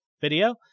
video